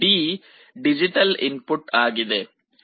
D digital input ಆಗಿದೆ